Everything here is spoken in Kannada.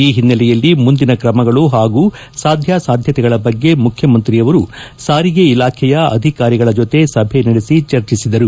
ಈ ಹಿನ್ನೆಲೆಯಲ್ಲಿ ಮುಂದಿನ ತ್ರಮಗಳು ಹಾಗೂ ಸಾಧ್ಯಾ ಸಾಧ್ಯತೆಗಳ ಬಗ್ಗೆ ಮುಖ್ಯಮಂತ್ರಿಯವರು ಸಾರಿಗೆ ಇಲಾಖೆಯ ಅಧಿಕಾರಿಗಳ ಜೊತೆ ಸಭೆ ನಡೆಸಿ ಚರ್ಚಿಸಿದರು